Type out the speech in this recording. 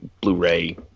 Blu-ray